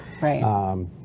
Right